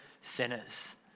sinners